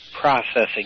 Processing